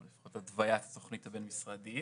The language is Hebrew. או לפחות התווית התוכנית הבין משרדית